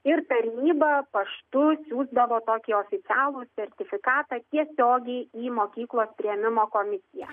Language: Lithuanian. ir tarnyba paštu siųsdavo tokį oficialų sertifikatą tiesiogiai į mokyklos priėmimo komisiją